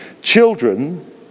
children